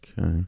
Okay